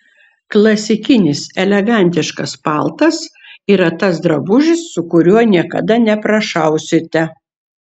klasikinis elegantiškas paltas yra tas drabužis su kuriuo niekada neprašausite